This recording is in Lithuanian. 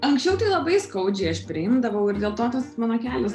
anksčiau tai labai skaudžiai aš priimdavau ir dėl to tas mano kelias